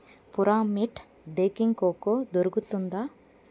పురామేట్ baking cocoa దొరుకుతుందా